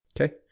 Okay